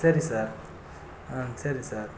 சரி சார் ம் சரி சார்